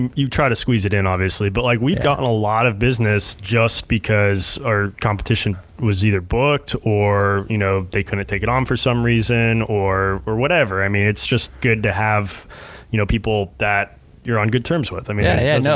um you try to squeeze it in, obviously, but like we've gotten a lot of business just because our competition was either booked or you know they couldn't take it on um for some reason, or or whatever. i mean it's just good to have you know people that you're on good terms with. i mean yeah yeah it